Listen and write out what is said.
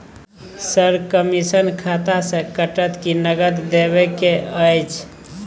Sir, commission खाता से कटत कि नगद देबै के अएछ?